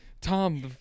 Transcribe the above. tom